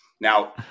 Now